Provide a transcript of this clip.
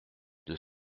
deux